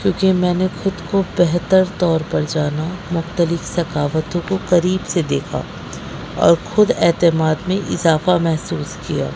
کیونکہ میں نے خود کو بہتر طور پر جانا مختلف ثقاوتوں کو قریب سے دیکھا اور خود اعتمادی میں اضافہ محسوس کیا